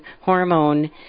hormone